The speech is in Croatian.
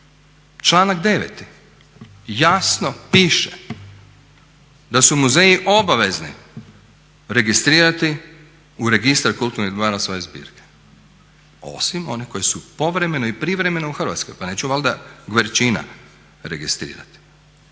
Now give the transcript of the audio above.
Članak 9. jasno piše da su muzeji obavezni registrirati u Registar kulturnih dobara svoje zbirke, osim one koje su povremeno i privremeno u Hrvatskoj. Pa nećemo valjda Guercina registrirati